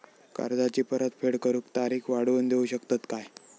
कर्जाची परत फेड करूक तारीख वाढवून देऊ शकतत काय?